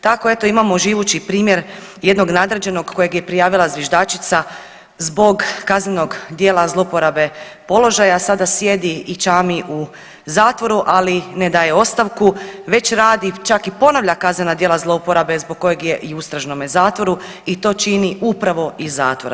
Tako eto imamo živući primjer jednog nadređenog kojeg je prijavila zviždačica zbog kaznenog djela zlouporabe položaja, a sada sjedi i čami u zatvoru, ali ne daje ostavku već radi, čak i ponavlja kaznena djela zlouporabe zbog kojeg je i u istražnome zatvoru i to čini upravo iz zatvora.